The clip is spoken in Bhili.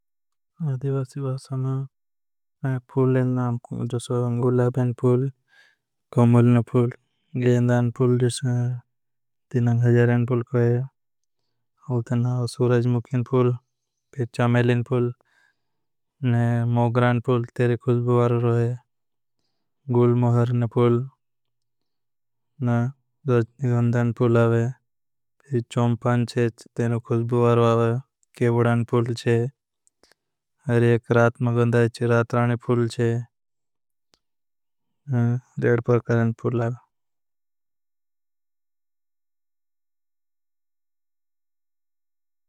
अधिवासी भाषा माँ फूलें नाम जो सो गुलाबन फूल कौमलन। फूल गेंदान फूल जो सो तीनंघजारन फूल कोई है ते नाम। सूरजमुखी ने फूल फिर चमनेली ने फूल ने मोगरा ने फूल। खुशबू वाला रहे गुलमोहर ने फूल जनधार फूल आवे ने। चम्पा ने छे ने छे अर एक रात ए गंधाये रात रानी छे। परकार ने फूल आवे।